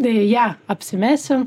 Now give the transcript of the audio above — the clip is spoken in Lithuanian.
deja apsimesiu